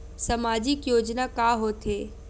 सामाजिक योजना का होथे?